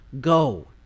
go